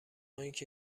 اینکه